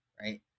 right